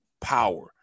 Power